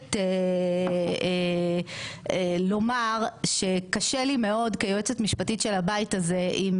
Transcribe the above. חייבת לומר שקשה לי מאוד כיועצת משפטית של הבית הזה עם